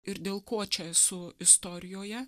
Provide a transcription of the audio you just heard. ir dėl ko čia esu istorijoje